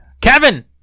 Kevin